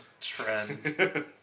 trend